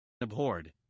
abhorred